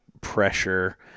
pressure